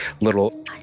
little